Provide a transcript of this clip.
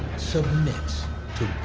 submit